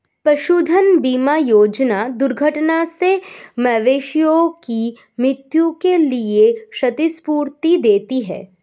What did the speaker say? पशुधन बीमा योजना दुर्घटना से मवेशियों की मृत्यु के लिए क्षतिपूर्ति देती है